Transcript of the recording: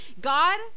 God